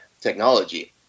technology